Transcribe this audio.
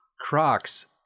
Crocs